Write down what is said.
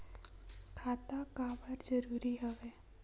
खाता का बर जरूरी हवे?